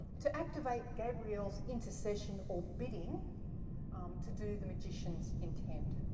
to activate gabriel's intercession or bidding to do the magician's intent.